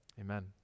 amen